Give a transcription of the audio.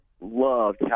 loved